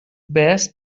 best